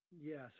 Yes